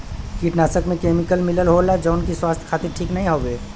कीटनाशक में केमिकल मिलल होला जौन की स्वास्थ्य खातिर ठीक नाहीं हउवे